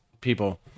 people